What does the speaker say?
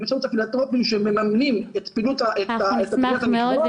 באמצעות הפילנטרופים שמממנים את טהרת המשפחה.